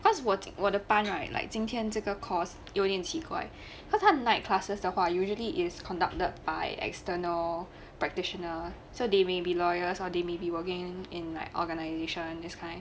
cause 我我的班 right like 今天这个 course 有点奇怪他他 night classes 的话 usually is conducted by external practitioner so they may be lawyers or they may be working in like organization this kind